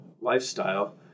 lifestyle